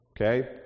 Okay